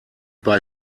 bei